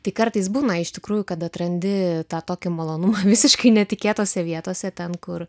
tai kartais būna iš tikrųjų kad atrandi tą tokį malonų visiškai netikėtose vietose ten kur